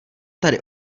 tady